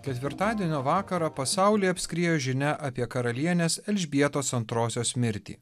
ketvirtadienio vakarą pasaulį apskriejo žinia apie karalienės elžbietos antrosios mirtį